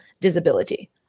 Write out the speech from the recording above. disability